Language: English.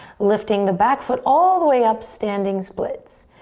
lifting the back foot all the way up, standings splits.